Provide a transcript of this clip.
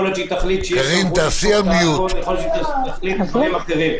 יכול להיות שהיא תחליט דברים אחרים.